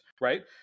right